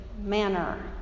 manner